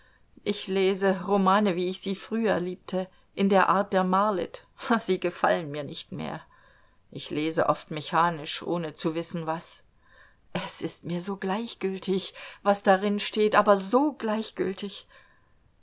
ich lese romane wie ich sie früher liebte in der art der marlitt sie gefallen mir nicht mehr ich lese oft mechanisch ohne zu wissen was es ist mir so gleichgültig was darin steht aber so gleichgültig